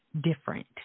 different